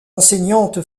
enseignante